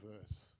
verse